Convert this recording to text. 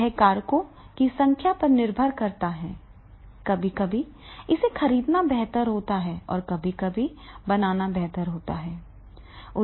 यह कारकों की संख्या पर निर्भर करता है कभी कभी इसे खरीदना बेहतर होता है और कभी कभी इसे बनाना बेहतर होता है